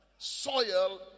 Soil